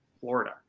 Florida